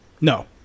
No